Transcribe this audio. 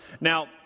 now